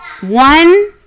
One